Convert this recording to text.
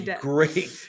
great